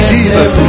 Jesus